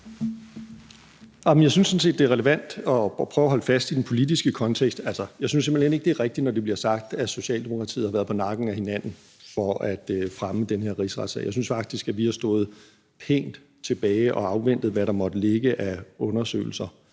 set, det er relevant at prøve at holde fast i den politiske kontekst. Jeg synes simpelt hen ikke, det er rigtigt, når der bliver sagt, at vi i Socialdemokratiet har stået på nakken af hinanden for at fremme den her rigsretssag. Jeg synes faktisk, at vi har stået pænt tilbage og afventet, hvad der måtte ligge af undersøgelser